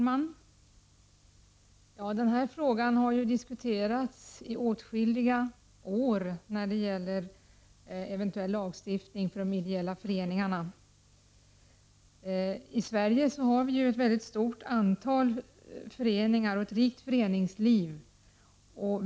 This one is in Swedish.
Herr talman! Frågan om eventuell lagstiftning för de ideella föreningarna har ju diskuterats i åtskilliga år. I Sverige har vi ju ett mycket stort antal föreningar och ett rikt föreningsliv.